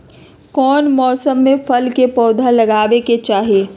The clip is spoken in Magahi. कौन मौसम में फल के पौधा लगाबे के चाहि?